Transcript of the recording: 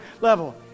level